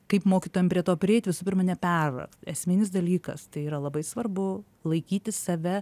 kaip mokytojam prie to prieit visų pirma nepervar esminis dalykas tai yra labai svarbu laikyti save